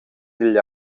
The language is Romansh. digl